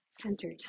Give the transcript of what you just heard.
centered